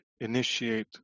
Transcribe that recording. initiate